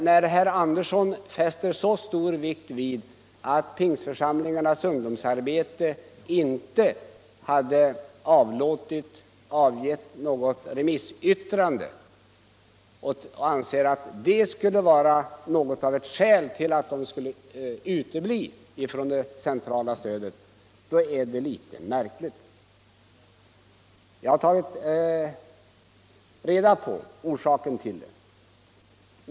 När herr Andersson fäster så stor vikt vid att Pingstförsamlingarnas ungdomsarbete inte hade avgett något remissyttrande och anser att det skulle vara något av ett skäl till att denna verksamhet skulle utestängas från det centrala stödet är det litet märkligt. Jag har tagit reda på orsaken till att inget remissyttrande lämnats.